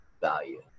value